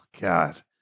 God